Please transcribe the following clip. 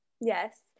Yes